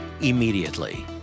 immediately